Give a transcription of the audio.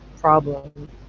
problem